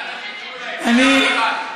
יאללה, שיקראו להם.